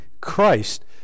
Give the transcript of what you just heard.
Christ